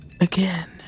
again